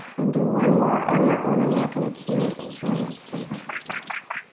and do one more on your own. i'm not going to cue it, enjoy it, savor it, listen.